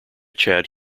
chad